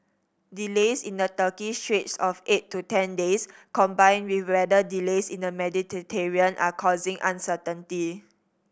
delays in the Turkish straits of eight to ten days combined with weather delays in the Mediterranean are causing uncertainty